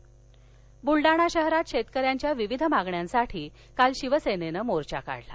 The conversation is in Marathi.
मोर्चा बुलडाणा शहरात शेतकऱ्यांच्या विविध मागण्यांसाठी काल शिवसेनेन मोर्चा काढला